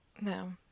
No